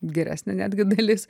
geresnė netgi dalis